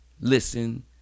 listen